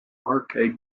arcade